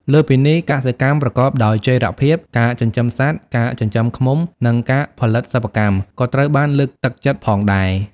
លើសពីនេះ កសិកម្មប្រកបដោយចីរភាព ការចិញ្ចឹមសត្វ ការចិញ្ចឹមឃ្មុំ និងការផលិតសិប្បកម្ម ក៏ត្រូវបានលើកទឹកចិត្តផងដែរ។